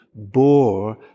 bore